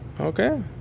Okay